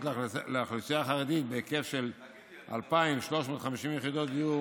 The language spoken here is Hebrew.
לאוכלוסייה החרדית בהיקף של 2,350 יחידות דיור,